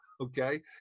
okay